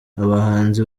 abahanzi